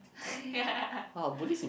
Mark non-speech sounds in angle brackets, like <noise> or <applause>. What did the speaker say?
yeah <laughs>